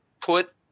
put